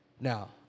Now